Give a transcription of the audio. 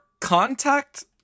contact